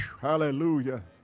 Hallelujah